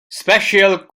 spatial